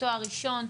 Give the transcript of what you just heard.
תואר ראשון,